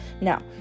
Now